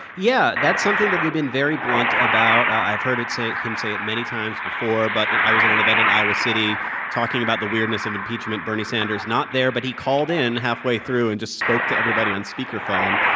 yeah, that's something that they've been very blunt about. i've heard it say him say it many times before. but i was at an event in iowa city talking about the weirdness of impeachment. bernie sanders not there, but he called in halfway through and just spoke to everybody on speakerphone.